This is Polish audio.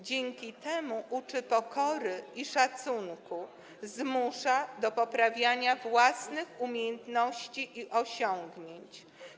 Dzięki temu uczy pokory i szacunku, zmusza do poprawiania własnych umiejętności i osiągnięć.